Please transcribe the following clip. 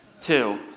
Two